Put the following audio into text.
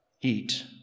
eat